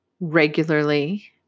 regularly